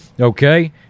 okay